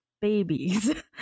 babies